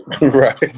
Right